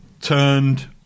turned